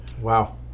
Wow